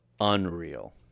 unreal